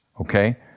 Okay